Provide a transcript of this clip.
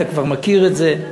אתה כבר מכיר את זה.